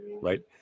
right